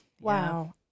wow